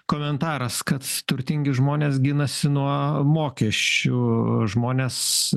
komentaras kad turtingi žmonės ginasi nuo mokesčių žmonės